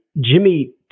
Jimmy